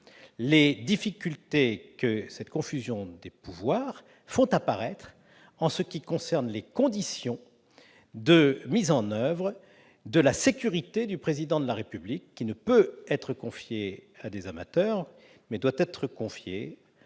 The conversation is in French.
les difficultés que cette confusion des pouvoirs fait apparaître en ce qui concerne les conditions de mise en oeuvre de la sécurité du Président de la République, qui doit être confiée non pas à des amateurs, mais à des